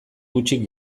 hutsik